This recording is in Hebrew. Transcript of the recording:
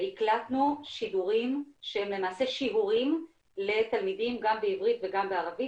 והקלטנו שידורים שהם למעשה שיעורים לתלמידים גם בעברית וגם בערבית,